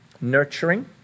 nurturing